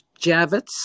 Javits